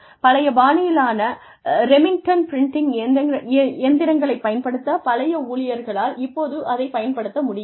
பழைய பாணியிலான Remington printing இயந்திரங்களைப் பயன்படுத்தப் பழகிய ஊழியர்களால் இப்போது அதைப் பயன்படுத்த முடியாது